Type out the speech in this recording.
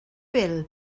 bil